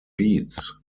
beats